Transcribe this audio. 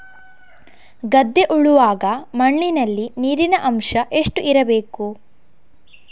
ಗದ್ದೆ ಉಳುವಾಗ ಮಣ್ಣಿನಲ್ಲಿ ನೀರಿನ ಅಂಶ ಎಷ್ಟು ಇರಬೇಕು?